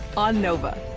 on nova!